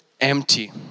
empty